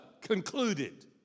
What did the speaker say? concluded